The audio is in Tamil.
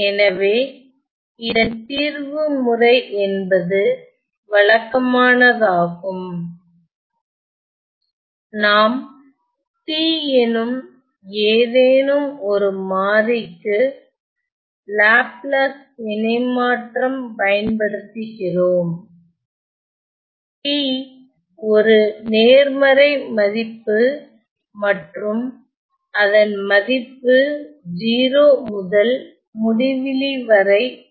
எனவே இதன் தீர்வு முறை என்பது வழக்கமான தாகும் நாம் t எனும் ஏதேனும் ஒரு மாறிக்கு லாப்லாஸ் இணைமாற்றம் பயன்படுத்துகிறோம் t ஒரு நேர்மறை மதிப்பு மற்றும் அதன் மதிப்பு 0 முதல் முடிவிலி வரை ஆகும்